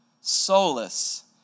Solace